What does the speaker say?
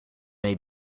may